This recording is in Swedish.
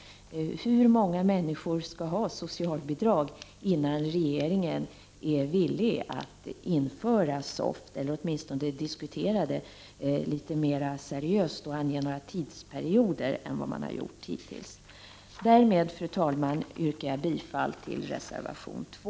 Hur många människor skall få socialbidrag, innan regeringen är villig att införa SOFT, eller åtminstone diskutera litet mera seriöst och ange några tidsperioder? Fru talman! Därmed yrkar jag bifall till reservation 2.